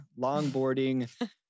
longboarding